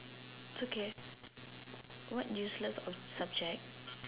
okay what useless subject